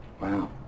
Wow